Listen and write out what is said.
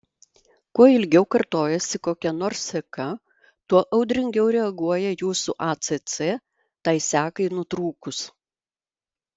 kuo ilgiau kartojasi kokia nors seka tuo audringiau reaguoja jūsų acc tai sekai nutrūkus